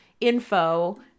info